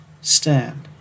stand